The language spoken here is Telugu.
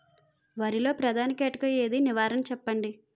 వరిలో ప్రధాన కీటకం ఏది? నివారణ చెప్పండి?